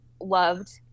loved